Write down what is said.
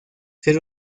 ser